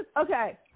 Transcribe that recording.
okay